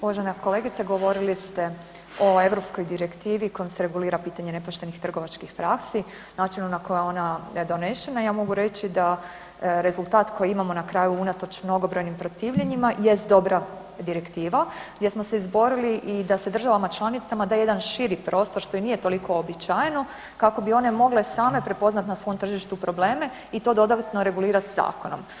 Uvažena kolegice, govorili ste o europskoj Direktivi kojom se regulira pitanje nepoštenih trgovačkih praksi, načinu na koji je ona donešena, ja mogu reći da rezultat koji imamo na kraju, unatoč mnogobrojnim protivljenjima jest dobra Direktiva, gdje smo se izborili i da se državama članicama da jedan širi prostor, što i nije toliko uobičajeno, kako bi one mogle same prepoznati na svom tržištu probleme i to dodatno regulirati Zakonom.